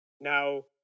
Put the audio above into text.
Now